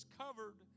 covered